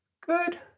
Good